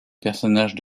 personnage